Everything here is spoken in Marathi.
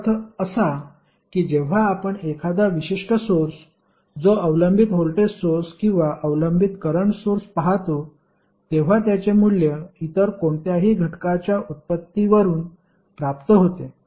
याचा अर्थ असा की जेव्हा आपण एखादा विशिष्ट सोर्स जो अवलंबित व्होल्टेज सोर्स किंवा अवलंबित करंट सोर्स पाहतो तेव्हा त्याचे मूल्य इतर कोणत्याही घटकाच्या उत्पत्तीवरून प्राप्त होते